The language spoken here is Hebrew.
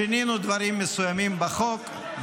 שינינו דברים מסוימים בחוק,